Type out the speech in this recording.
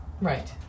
Right